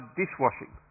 dishwashing